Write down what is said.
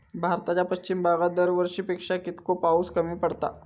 भारताच्या पश्चिम भागात दरवर्षी पेक्षा कीतको पाऊस कमी पडता?